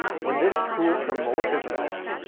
when this school promotes itself,